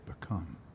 become